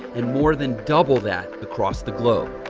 and more than double that across the globe.